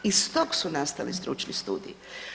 Iz tog su nastali stručni studiji.